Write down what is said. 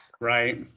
Right